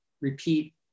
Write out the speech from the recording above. repeat